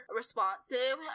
responsive